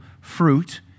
fruit